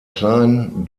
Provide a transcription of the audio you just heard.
klein